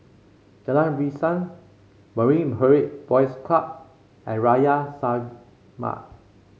Jalan Riang Marine Parade Boys Club and Arya Samaj